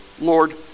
Lord